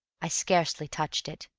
i scarcely touched it,